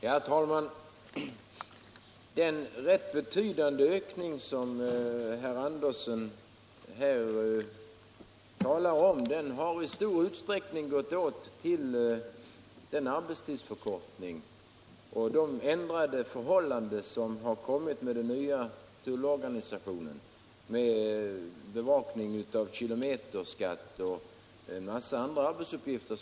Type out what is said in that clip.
Herr talman! Den rätt betydande personalökning som herr Andersson i Knäred talade om har i stor utsträckning gått åt för arbetstidsförkortningen och de ändrade förhållanden som blivit följden av den nya tullorganisationen med bevakning av kilometerskatten och en massa andra arbetsuppgifter.